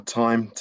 time